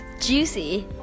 juicy